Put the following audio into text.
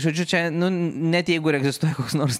žodžiu čia net jeigu ir egzistuoja koks nors